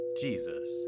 Jesus